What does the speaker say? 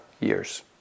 years